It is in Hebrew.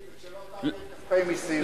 וכשלא תעביר כספי מסים?